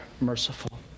merciful